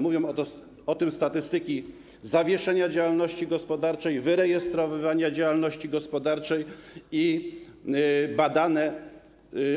Mówią o tym statystyki zawieszenia działalności gospodarczej i wyrejestrowywania działalności gospodarczej oraz badane